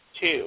two